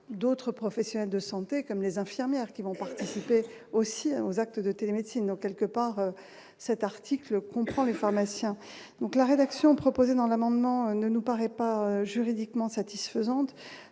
d'autres professionnels de santé, comme les infirmières qui vont participer aussi aux actes de télémédecine quelque part cet article comprend les pharmaciens. Donc la rédaction proposées dans l'amendement ne nous paraît pas juridiquement satisfaisante,